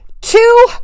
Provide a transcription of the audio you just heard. two